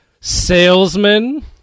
salesman